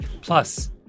Plus